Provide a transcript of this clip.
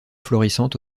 florissante